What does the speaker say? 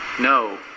No